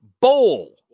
Bowl